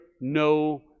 no